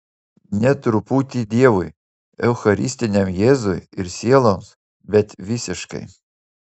ne truputį dievui eucharistiniam jėzui ir sieloms bet visiškai